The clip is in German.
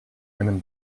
einem